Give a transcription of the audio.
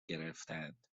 گرفتند